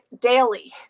daily